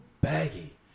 baggy